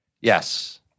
Yes